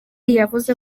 yavuze